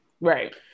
Right